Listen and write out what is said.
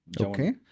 Okay